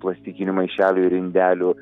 plastikinių maišelių ir indelių